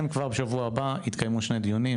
בשבוע הבא יתקיימו שני דיונים,